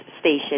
station